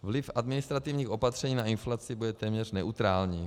Vliv administrativních opatření na inflaci bude téměř neutrální.